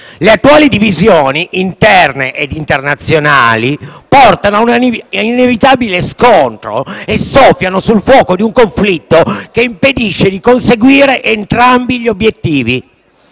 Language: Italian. Le attuali divisioni, interne e internazionali, portano a un inevitabile scontro e soffiano sul fuoco di un conflitto che impedisce di conseguire entrambi gli obiettivi.